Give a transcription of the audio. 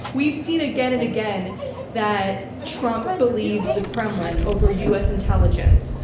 we've seen again and again that trump believes the kremlin over us intelligence.